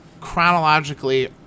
chronologically